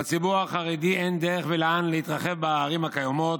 בציבור החרדי אין דרך ואין לאן להתרחב בערים הקיימות.